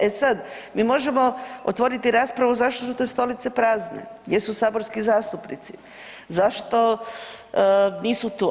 E sad, mi možemo otvoriti raspravu zašto su te stolice prazne, gdje su saborski zastupnici, zašto nisu tu?